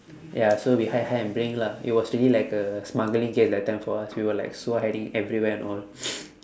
ya so we hide hide and bring lah it was really like a smuggling game that time for us we were like so hiding everywhere and all